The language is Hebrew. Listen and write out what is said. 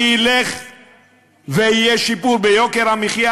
אני אלך ויהיה שיפור ביוקר המחיה?